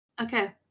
Okay